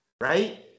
right